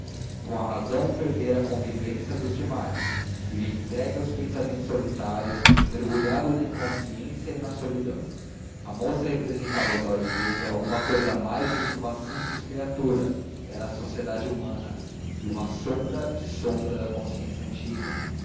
com a razão perdera a convivência dos mais vivia entregue aos pensamentos solitários mergulhado na inconsciência e na solidão a moça representava aos olhos dele alguma cousa mais do que uma simples criatura era a sociedade humana e uma sombra de sombra da consciência antiga